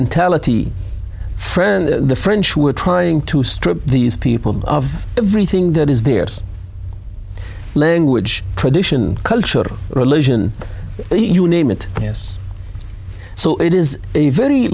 mentality friend the french were trying to strip these people of everything that is their language tradition culture religion you name it yes so it is a very